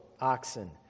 oxen